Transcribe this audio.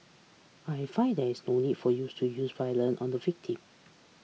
I find there is no need for you to use violence on the victim